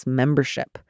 membership